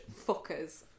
fuckers